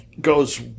goes